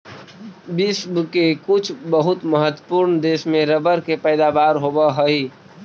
विश्व के कुछ बहुत महत्त्वपूर्ण देश में रबर के पैदावार होवऽ हइ